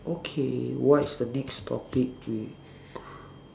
okay what's the next topic we